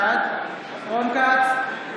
בעד רון כץ,